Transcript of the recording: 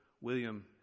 William